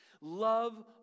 Love